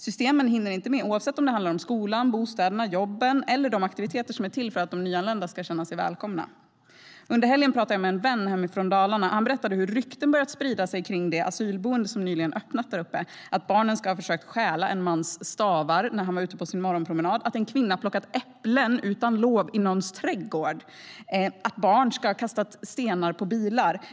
Systemen hinner inte med, oavsett om det handlar om skolan, bostäderna, jobben eller de aktiviteter som är till för att de nyanlända ska känna sig välkomna. Under helgen pratade jag med en vän hemifrån Dalarna. Han berättade hur rykten börjat sprida sig om det asylboende som nyligen öppnat där uppe: Barn ska ha försökt stjäla en mans stavar när han var ute på sin morgonpromenad. En kvinna ska ha plockat äpplen utan lov i någons trädgård. Barn ska ha kastat stenar på bilar.